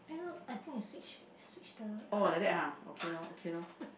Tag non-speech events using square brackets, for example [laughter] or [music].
eh look I think we swtiched we switched the card [laughs]